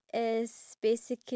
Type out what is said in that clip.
ya